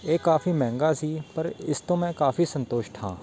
ਇਹ ਕਾਫੀ ਮਹਿੰਗਾ ਸੀ ਪਰ ਇਸ ਤੋਂ ਮੈਂ ਕਾਫੀ ਸੰਤੁਸ਼ਟ ਹਾਂ